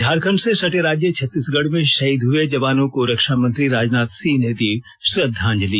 झारखंड से सटे राज्य छत्तीसगढ़ में शहीद हुए जवानों को रक्षा मंत्री राजनाथ सिंह ने दी श्रद्वांजलि